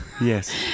Yes